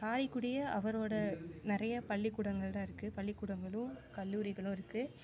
காரைக்குடியே அவரோடய நிறையா பள்ளிக்கூடங்கள் தான் இருக்குது பள்ளிக்கூடங்களும் கல்லூரிகளும் இருக்குது